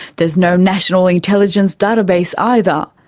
there's no national intelligence database either,